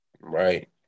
Right